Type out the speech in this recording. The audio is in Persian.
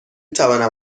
توانم